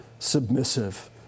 submissive